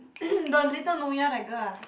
the little Nyonya that girl ah